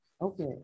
Okay